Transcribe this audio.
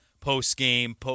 post-game